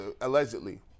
allegedly